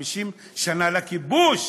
50 שנה לכיבוש.